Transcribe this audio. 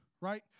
right